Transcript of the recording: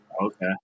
Okay